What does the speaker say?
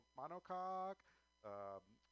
monocoque